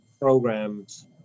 programs